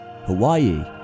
Hawaii